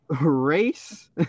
Race